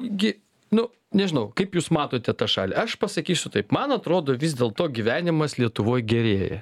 gi nu nežinau kaip jūs matote tą šalį aš pasakysiu taip man atrodo vis dėl to gyvenimas lietuvoj gerėja